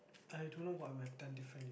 I don't know what I would have done differently